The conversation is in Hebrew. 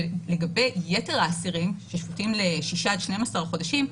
לגבי יתר האסירים ששפוטים ל-6 עד 12 חודשים,